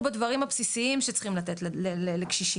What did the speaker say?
בדברים הבסיסיים שצריכים לתת לקשישים.